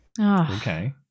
Okay